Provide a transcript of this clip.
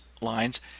lines